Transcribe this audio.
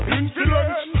influence